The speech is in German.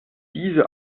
diese